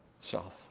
self